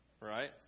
Right